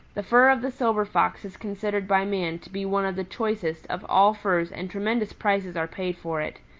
the fur of the silver fox is considered by man to be one of the choicest of all furs and tremendous prices are paid for it.